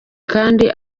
kandi